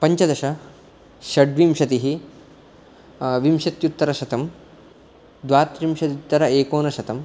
पञ्चदश षड्विंशतिः विंशत्युत्तरशतं द्वात्रिंशदुत्तर एकोनशतं